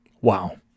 Wow